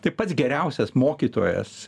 tai pats geriausias mokytojas